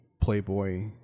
Playboy